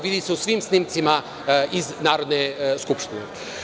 Vidi se na svim snimcima iz Narodne skupštine.